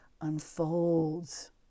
unfolds